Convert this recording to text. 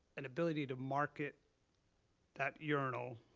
an ability to market that urinal.